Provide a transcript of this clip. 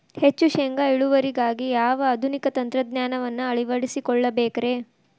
ಹೆಚ್ಚು ಶೇಂಗಾ ಇಳುವರಿಗಾಗಿ ಯಾವ ಆಧುನಿಕ ತಂತ್ರಜ್ಞಾನವನ್ನ ಅಳವಡಿಸಿಕೊಳ್ಳಬೇಕರೇ?